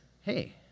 hey